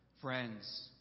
Friends